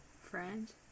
friend